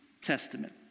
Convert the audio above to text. Testament